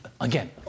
again